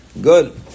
Good